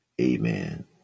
Amen